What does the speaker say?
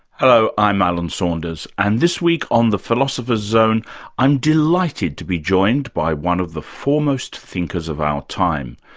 hello, i'm alan saunders, and this week on the philosopher's zone i'm delighted to be joined by one of the foremost thinkers of our time.